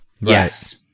Yes